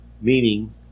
meaning